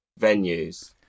venues